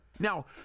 Now